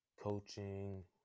coaching